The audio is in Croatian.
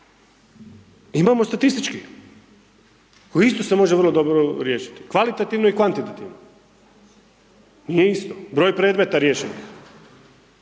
Imamo statistički koji isto se može vrlo dobro riješiti, kvalitativno i kvantitativno, nije isto, broj predmeta riješenih